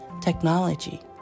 technology